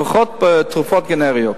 לפחות בתרופות גנריות,